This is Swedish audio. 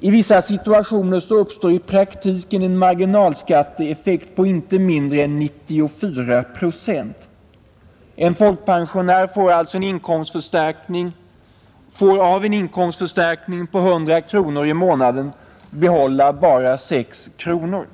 I vissa situationer uppstår i praktiken en marginalskatteeffekt på inte mindre än 94 procent. En folkpensionär får alltså av en inkomstförstärkning på 100 kronor i månaden behålla bara 6 kronor.